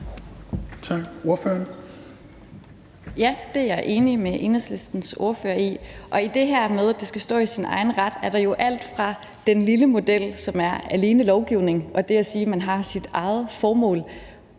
Lotte Rod (RV): Ja, det er jeg enig med til Enhedslistens ordfører i. Og i det her med, at det skal stå i sin egen ret, er der jo alt fra den lille model, som alene er lovgivning og det at sige, at man har sit eget formål,